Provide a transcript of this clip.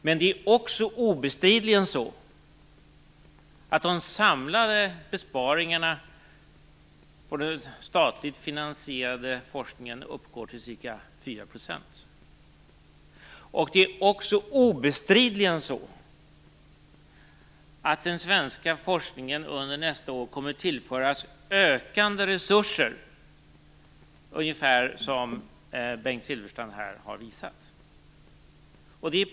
Men det är också obestridligen så att de samlade besparingarna på den statligt finansierade forskningen uppgår till ca 4 %. Obestridligen är det också så att den svenska forskningen under nästa år kommer att tillföras ökande resurser, ungefär som Bengt Silfverstrand har visat här.